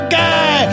guy